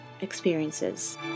experiences